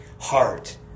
heart